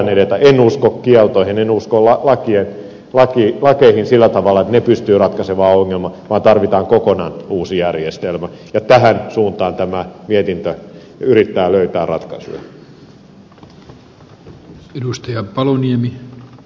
en usko kieltoihin en usko lakeihin sillä tavalla että ne pystyvät ratkaisemaan ongelman vaan tarvitaan kokonaan uusi järjestelmä ja tähän suuntaan tämä mietintö yrittää löytää ratkaisuja